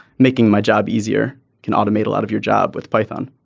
making my job easier can automate a lot of your job with python.